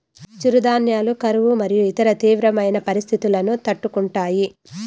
చిరుధాన్యాలు కరువు మరియు ఇతర తీవ్రమైన పరిస్తితులను తట్టుకుంటాయి